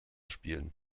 spielen